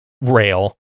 rail